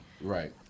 Right